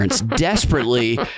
desperately